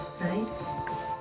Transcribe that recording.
right